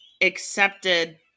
accepted